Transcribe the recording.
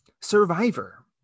Survivor